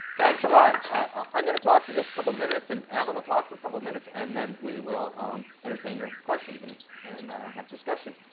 thanks a lot. i'm going to talk for just a couple of minutes, and alan will talk for a couple of minutes. and then we will entertain your questions and and have a discussion.